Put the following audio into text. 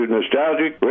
Nostalgic